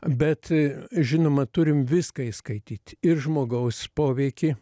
bet žinoma turim viską įskaityt ir žmogaus poveikį